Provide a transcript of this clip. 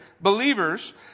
believers